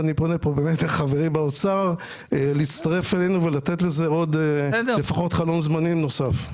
ואני פונה פה באמת לחברי באוצר להצטרף אלינו ולתת לזה חלון זמנים נוסף.